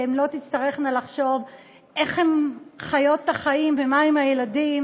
שהן לא תצטרכנה לחשוב איך הן חיות את החיים ומה עם הילדים,